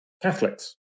Catholics